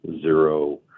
zero